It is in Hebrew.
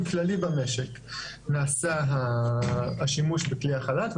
כללי במשק נעשה השימוש בכלי החל"ת,